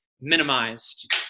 minimized